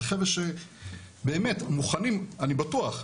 זה חבר'ה שבאמת מוכנים, אני בטוח,